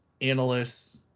analysts